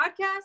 podcast